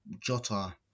Jota